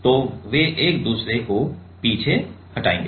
तो वे एक दूसरे को पीछे हटाएंगे